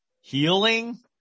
Healing